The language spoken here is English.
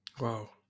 Wow